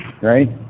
right